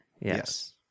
Yes